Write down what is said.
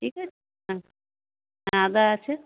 ঠিক আছে আদা আছে